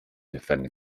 defend